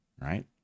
right